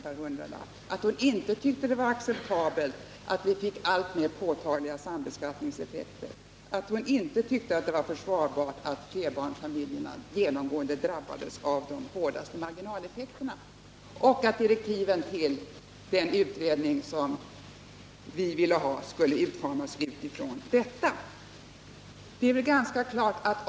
per hundralapp, att hon inte tyckte det var acceptabelt att vi fick alltmer påtagliga sambeskattningseffekter, att hon inte tyckte att det var försvarbart att flerbarnsfamiljerna genomgående drabbades av de hårdaste marginaleffekterna och att direktiven till den utredning som vi vill ha skulle utformas med utgångspunkt från dessa synpunkter.